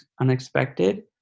unexpected